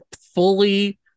fully